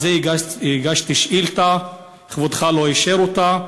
על זה הגשתי שאילתה, כבודך לא אישר אותה,